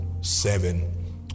seven